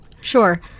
Sure